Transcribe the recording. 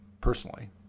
personally